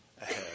ahead